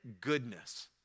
goodness